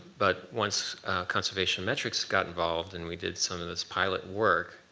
but once conservation metrics got involved and we did some of this pilot work,